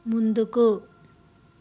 ముందుకు